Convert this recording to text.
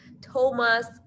Thomas